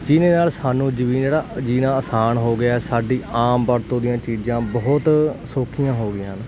ਜਿਹਦੇ ਨਾਲ ਸਾਨੂੰ ਜਮੀਨ ਜੀਣਾ ਆਸਾਨ ਹੋ ਗਿਆ ਸਾਡੀ ਆਮ ਵਰਤੋ ਦੀਆਂ ਚੀਜ਼ਾਂ ਬਹੁਤ ਸੌਖੀਆਂ ਹੋ ਗਈਆਂ ਹਨ